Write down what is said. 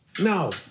No